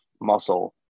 muscle